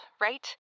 right